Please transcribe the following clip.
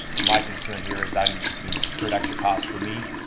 my concern here is i'm, incurred extra cost for me,